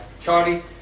Charlie